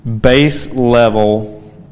base-level